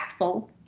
impactful